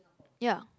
ya